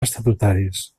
estatutaris